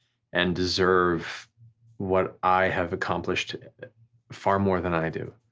and deserve what i have accomplished far more than i do.